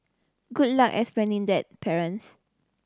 good luck explaining that parents